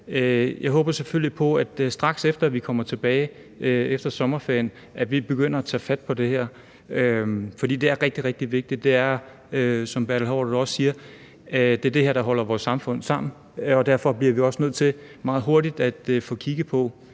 Jeg håber selvfølgelig på, at vi, straks efter vi kommer tilbage fra sommerferien, begynder at tage fat på det her, for det er rigtig, rigtig vigtigt. Det er det, som Bertel Haarder også siger, der holder vores samfund sammen, og derfor bliver vi også nødt til meget hurtigt ikke kun at få kigget på